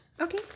Okay